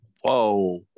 Whoa